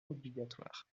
obligatoire